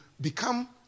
become